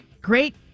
Great